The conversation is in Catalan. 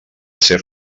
ser